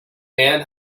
man